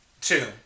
Two